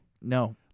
No